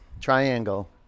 Triangle